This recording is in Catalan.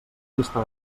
dista